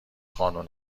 قانون